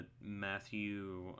Matthew